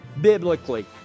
biblically